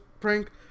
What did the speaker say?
prank